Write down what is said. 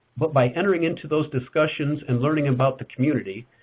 but by entering into those discussions and learning about the community,